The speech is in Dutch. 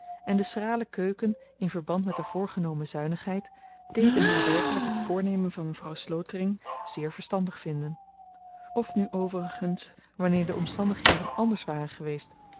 en de schrale keuken in verband met de voorgenomen zuinigheid deden haar werkelyk t voornemen van mevrouw slotering zeer verstandig vinden of nu overigens wanneer de omstandigheden anders waren geweest